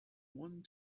one